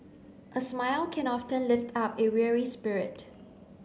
a smile can often lift up a weary spirit